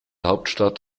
hauptstadt